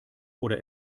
oder